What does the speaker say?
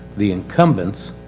the incumbents